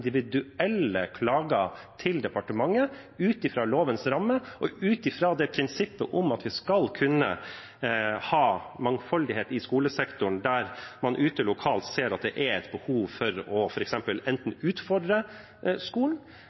klager til departementet ut fra lovens rammer og ut fra prinsippet om at man skal kunne ha mangfold i skolesektoren der man lokalt ser at det er et behov for f.eks. å utfordre skolen